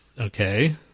Okay